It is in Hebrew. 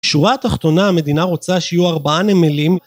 בשורה התחתונה המדינה רוצה שיהיו ארבעה נמלים.